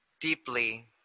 deeply